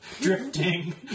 drifting